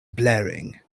blaring